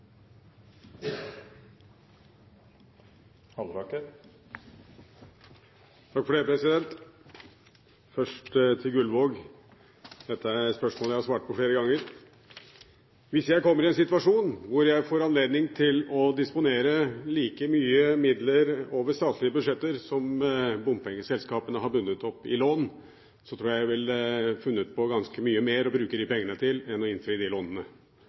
jeg har svart på flere ganger. Hvis jeg skulle komme i en situasjon hvor jeg får anledning til å disponere like mye midler over statlige budsjetter som bompengeselskapene har bundet opp i lån, tror jeg at jeg ville funnet på ganske mye mer å bruke de pengene til enn å innfri de lånene.